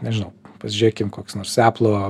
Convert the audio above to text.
nežinau pasižiūrėkim koks nors eplo